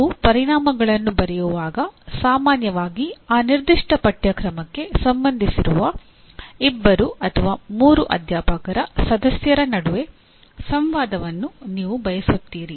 ನೀವು ಪರಿಣಾಮಗಳನ್ನು ಬರೆಯುವಾಗ ಸಾಮಾನ್ಯವಾಗಿ ಆ ನಿರ್ದಿಷ್ಟ ಪಠ್ಯಕ್ರಮಕ್ಕೆ ಸಂಬಂಧಿಸಿರುವ ಇಬ್ಬರು ಅಥವಾ ಮೂರು ಅಧ್ಯಾಪಕ ಸದಸ್ಯರ ನಡುವೆ ಸಂವಾದವನ್ನು ನೀವು ಬಯಸುತ್ತೀರಿ